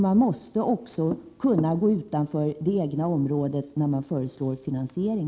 De måste också kunna gå utanför det egna området när de föreslår finansiering.